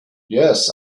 yes